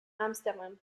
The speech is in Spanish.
amsterdam